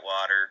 water